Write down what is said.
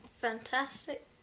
Fantastic